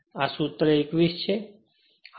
આ સૂત્ર 21 છે